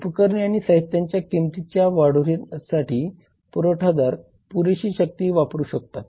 उपकरणे आणि साहित्याच्या किंमती वाढवण्यासाठी पुरवठादार पुरेशी शक्ती वापरू शकतात